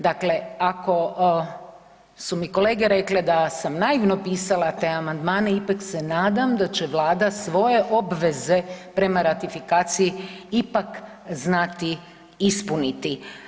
Dakle, ako su mi kolege rekle da sam naivno pisala te amandmane ipak se nadam da će Vlada svoje obveze prema ratifikaciji ipak znati ispuniti.